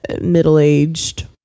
middle-aged